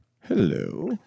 Hello